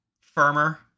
firmer